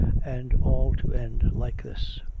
and all to end like this.